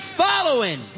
following